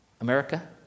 America